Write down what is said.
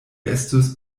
estus